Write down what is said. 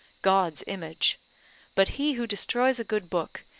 god's image but he who destroys a good book,